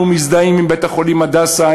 אנחנו מזדהים עם בית-החולים "הדסה",